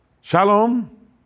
Shalom